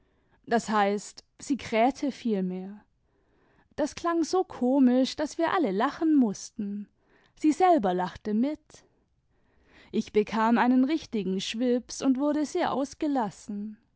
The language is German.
das heißt sie krähte vielmehr das klang so komisch daß wir alle lachen mußten sie selber lachte mit ich bekam einen richtigen schwips und wurde sehr ausgelassen